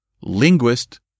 linguist